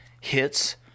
hits